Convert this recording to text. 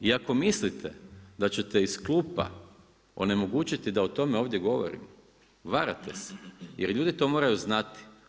I ako mislite da ćete iz klupa onemogućiti da o tome ovdje govorimo, varate se jer ljudi to moraju znati.